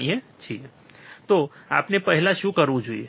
તો આપણે પહેલા શું કરવું જોઈએ